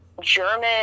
german